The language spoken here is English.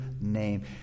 name